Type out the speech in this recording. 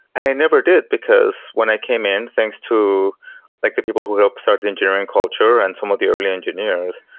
and i never did, because when i came in, thanks to like the people who helped start the engineering culture and some of the early engineers,